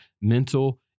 mental